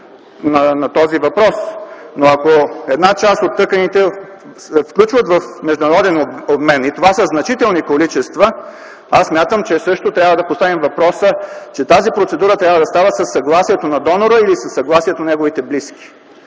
на този въпрос, но ако една част от тъканите се включват в международен обмен и това са значителни количества, смятам, че също трябва да поставим въпроса, че тази процедура трябва да става със съгласието на донора или със съгласието на неговите близки,